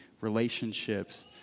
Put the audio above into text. relationships